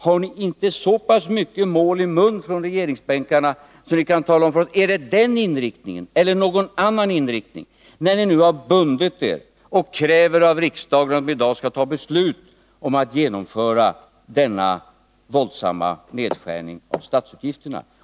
Har ni inte så pass mycket mål i mun på regeringsbänkarna att ni kan tala om för oss om det är den inriktningen eller någon annan inriktning som besparingarna skall ha, när ni nu har bundit er och kräver av riksdagen att den i dag skall fatta beslut om att genomföra denna våldsamma nedskärning av statsutgifterna?